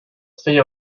feia